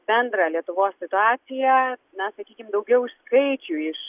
bendrą lietuvos situaciją na sakykim daugiau iš skaičių iš